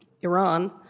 Iran